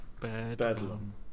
Bedlam